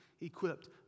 equipped